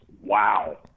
Wow